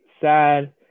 sad